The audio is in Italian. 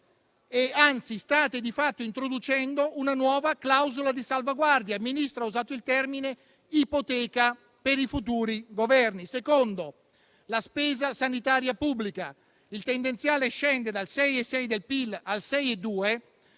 Anzi, state di fatto introducendo una nuova clausola di salvaguardia. Il Ministro ha usato il termine ipoteca per i futuri Governi. Secondo, per quanto riguarda la spesa sanitaria pubblica, il tendenziale scende dal 6,6 per cento del PIL al 6,2.